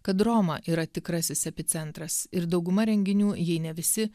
kad roma yra tikrasis epicentras ir dauguma renginių jei ne visi